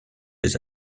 des